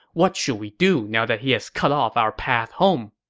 what should we do now that he has cut off our path home?